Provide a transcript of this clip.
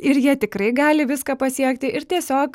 ir jie tikrai gali viską pasiekti ir tiesiog